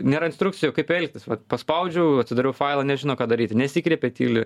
nėra instrukcijų kaip elgtis vat paspaudžiau atidariau failą nežino ką daryti nesikreipia tyli